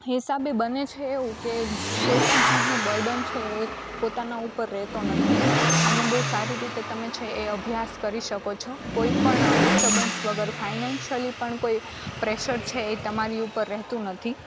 હિસાબે બને છે એવું કે કોઈપણ જાતનું બડર્ન છે પોતાના ઉપર રહેતો નથી અને બહુ સારી રીતે તમે છે એ અભ્યાસ કરી શકો છો કોઈપણ ડિસ્ટબન્સ વગર ફાઇનાન્સયલી પણ કોઈ પ્રેશર છે એ તમારી ઉપર રહેતું નથી